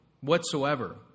whatsoever